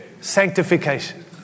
Sanctification